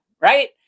right